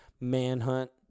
manhunt